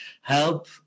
help